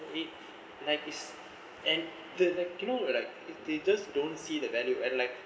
eight like is and the like you know like they just don't see the value and like